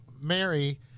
mary